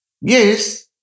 Yes